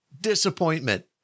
Disappointment